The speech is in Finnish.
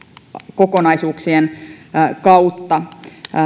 kokonaisuuksien kautta